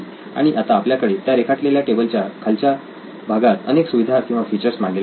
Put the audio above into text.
आणि आता आपल्याकडे त्या रेखाटलेल्या टेबलच्या खालच्या भागात अनेक सुविधा किंवा फीचर्स मांडलेल्या आहेत